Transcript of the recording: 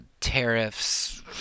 tariffs